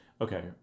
okay